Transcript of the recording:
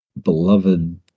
beloved